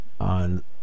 on